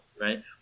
right